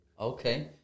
okay